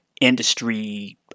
industry